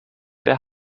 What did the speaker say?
der